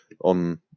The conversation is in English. on